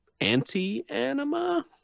anti-anima